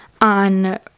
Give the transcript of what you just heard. on